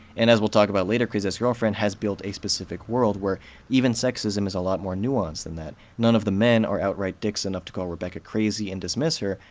and as we'll talk about later, crazy ex-girlfriend has built a specific world, where even sexism is a lot more nuanced than that none of the men are outright dicks enough to call rebecca crazy and dismiss her,